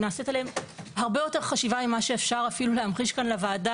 ונעשית עליהם הרבה יותר חשיבה ממה שאפשר אפילו להמחיש כאן לוועדה,